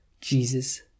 Jesus